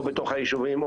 או בתוך היישובים,